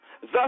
Thus